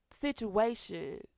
situation